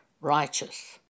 righteous